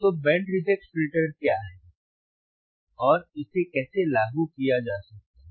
तो band reject filter क्या हैं और इसे कैसे लागू किया जा सकता है